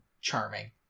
charming